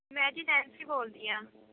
ਮੈਂ ਜੀ ਨੈਨਸੀ ਬੋਲਦੀ ਹਾਂ